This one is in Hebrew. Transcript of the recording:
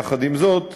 יחד עם זאת,